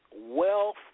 wealth